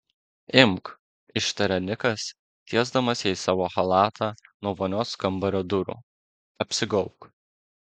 imk ištarė nikas tiesdamas jai savo chalatą nuo vonios kambario durų apsigaubk